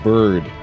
Bird